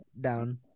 Down